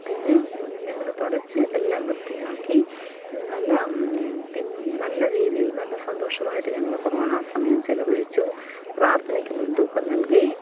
പിന്നെ ഞങ്ങള് തുടച്ച് എല്ലാം വൃത്തിയാക്കി നല്ല പിൻ നല്ല രീതിയിൽ നല്ല സന്തോഷമായിട്ട് ഞങ്ങള് കൊറോണ സമയം ചെലവഴിച്ചു പ്രാർഥനയ്ക്ക് മുൻതൂക്കം നൽകി